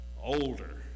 older